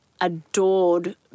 adored